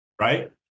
right